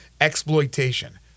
exploitation